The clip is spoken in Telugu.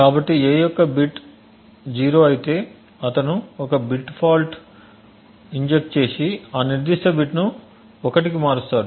కాబట్టి a యొక్క బిట్ 0 అయితే అతను ఒక బిట్ ఫాల్ట్ ఇంజెక్ట్ చేసి ఆ నిర్దిష్ట బిట్ను 1 కి మారుస్తాడు